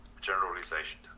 generalization